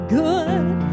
good